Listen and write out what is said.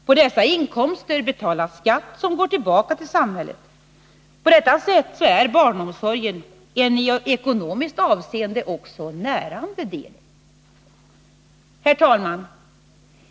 På dessa inkomster betalas skatt som går tillbaka till samhället. På detta sätt är barnomsorgen en i ekonomiskt avseende också närande del. Herr talman!